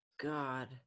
god